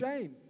shame